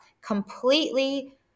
completely